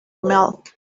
milk